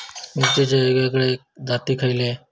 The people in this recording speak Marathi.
मिरचीचे वेगवेगळे जाती खयले?